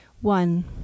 One